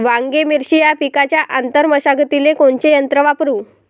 वांगे, मिरची या पिकाच्या आंतर मशागतीले कोनचे यंत्र वापरू?